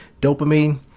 dopamine